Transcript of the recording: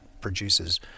produces